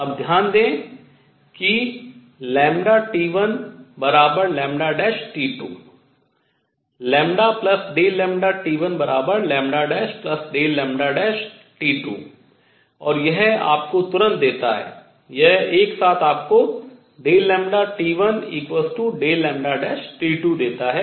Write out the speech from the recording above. अब ध्यान दें कि T1T2 λΔλT1ΔλT2 और यह आपको तुरंत देता है यह एक साथ आपको ΔλT1ΔλT2 देता है